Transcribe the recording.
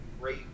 great